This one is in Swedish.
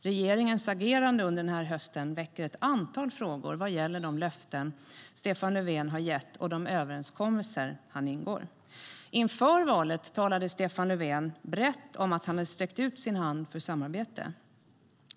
Regeringens agerande under hösten väcker ett antal frågor vad gäller de löften Stefan Löfven gett och de överenskommelser han ingår. Inför valet talade Stefan Löfven brett om att han sträckt ut sin hand för samarbete.